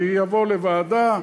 כך זה יבוא לוועדה,